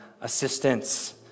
assistance